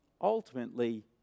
ultimately